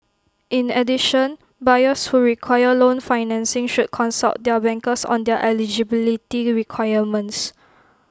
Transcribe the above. in addition buyers who require loan financing should consult their bankers on their eligibility requirements